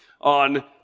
on